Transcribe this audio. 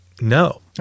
No